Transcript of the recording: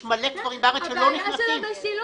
יש הרבה כפרים בארץ שלא נכנסים אליהם.